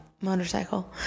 Motorcycle